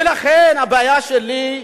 ולכן הבעיה שלי,